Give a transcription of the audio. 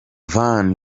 van